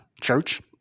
Church